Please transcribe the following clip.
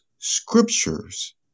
Scriptures